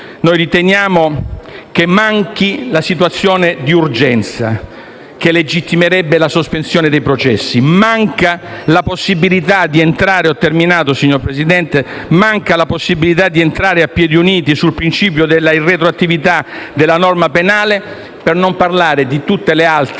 noi riteniamo che manchino la situazione di urgenza che legittimerebbe la sospensione dei processi e la possibilità di entrare a piedi uniti sul principio della irretroattività della norma penale, per non parlare di tutte le altre